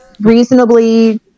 reasonably